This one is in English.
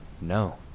No